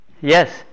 Yes